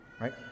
right